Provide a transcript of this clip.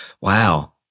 Wow